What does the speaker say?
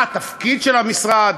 מה התפקיד של המשרד?